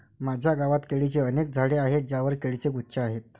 माझ्या गावात केळीची अनेक झाडे आहेत ज्यांवर केळीचे गुच्छ आहेत